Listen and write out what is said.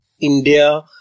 India